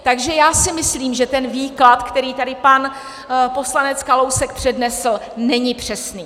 Takže si myslím, že ten výklad, který tady pan poslanec Kalousek přednesl, není přesný.